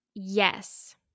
Yes